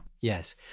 yes